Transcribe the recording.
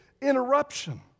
interruption